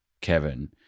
Kevin